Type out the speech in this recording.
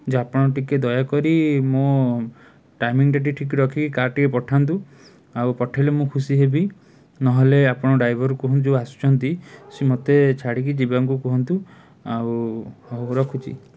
ଯେ ଆପଣ ଟିକିଏ ଦୟାକରି ମୋ ଟାଇମିଂଟା ଟିକିଏ ଠିକ୍ ରଖିକି କାର୍ ଟିକିଏ ପଠାନ୍ତୁ ଆଉ ପଠାଇଲେ ମୁଁ ଖୁସି ହେବି ନହେଲେ ଆପଣ ଡ୍ରାଇଭରକୁ କୁହନ୍ତୁ ଯେଉଁ ଆସୁଛନ୍ତି ସିଏ ମୋତେ ଛାଡ଼ିକି ଯିବାକୁ କୁହନ୍ତୁ ଆଉ ହଉ ରଖୁଛି